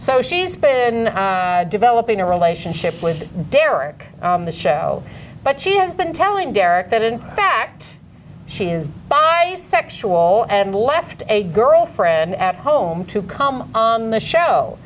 so she's been developing a relationship with derek on the show but she has been telling derek that in fact she is by sexual and left a girlfriend at home to come on the show